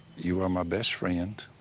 you are my best friend,